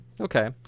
okay